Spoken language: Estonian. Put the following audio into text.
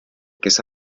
kes